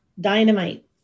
dynamite